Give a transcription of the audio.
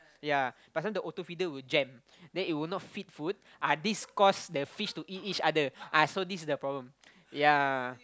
ya but sometimes the auto feeder will jam then it will not feed food ah this cause the fish to eat each other ah so this is the problem ya